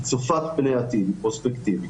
היא צופה פני עתיד, היא פרוספקטיבית.